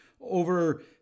over